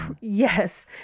yes